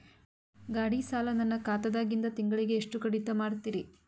ಗಾಢಿ ಸಾಲ ನನ್ನ ಖಾತಾದಾಗಿಂದ ತಿಂಗಳಿಗೆ ಎಷ್ಟು ಕಡಿತ ಮಾಡ್ತಿರಿ?